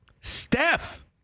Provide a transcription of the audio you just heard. Steph